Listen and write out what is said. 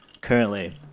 currently